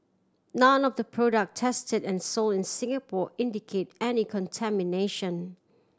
none of the product tested and sold in Singapore indicate any contamination